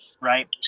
right